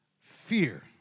fear